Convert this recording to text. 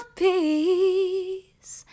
peace